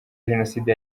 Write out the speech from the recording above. jenoside